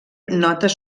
notes